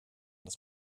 des